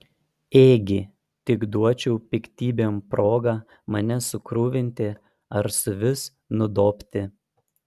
ėgi tik duočiau piktybėm progą mane sukruvinti ar suvis nudobti